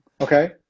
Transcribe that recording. Okay